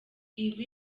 ibi